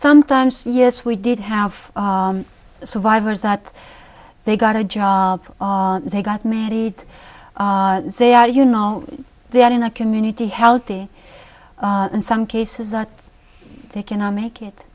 sometimes yes we did have survivors that they got a job ah they got married they are you know they are in a community healthy in some cases that they cannot make it